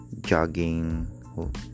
jogging